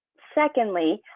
secondly,